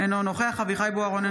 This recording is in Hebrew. אינו נוכח אביחי אברהם בוארון,